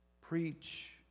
Preach